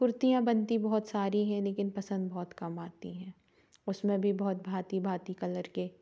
कुर्तियाँ बनती बहुत सारी हैं लेकिन पसंद बहुत कम आती है उसमें भी बहुत भांति भांति कलर के